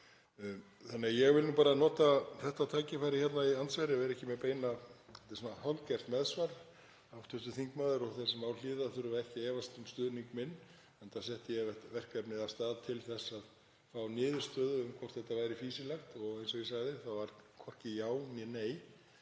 Ég vil bara nota þetta tækifæri í andsvari og vera ekki með beina — þetta er svona hálfgert meðsvar. Hv. þingmaður og þeir sem á hlýða þurfa ekki að efast um stuðning minn enda setti ég verkefnið af stað til að fá niðurstöðu um hvort þetta væri fýsilegt og eins og ég sagði þá var það hvorki já né nei.